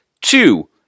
Two